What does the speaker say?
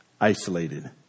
isolated